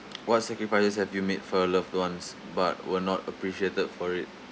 what sacrifices have you made for your loved ones but were not appreciated for it